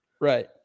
Right